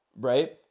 right